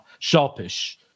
sharpish